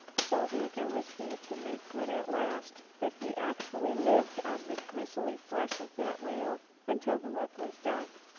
so eager was he to make good at last that he actually lived on the gristly flesh of that whale until the work was done.